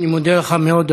אני מודה לך מאוד.